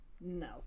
No